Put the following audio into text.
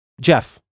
Jeff